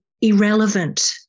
irrelevant